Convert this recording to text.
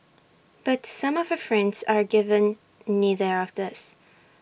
but some of her friends are given neither of these